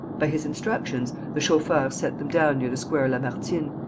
by his instructions, the chauffeur set them down near the square lamartine,